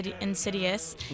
Insidious